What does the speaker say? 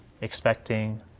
expecting